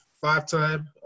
five-time